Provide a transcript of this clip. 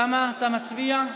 אוסאמה, אתה מצביע?